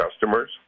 customers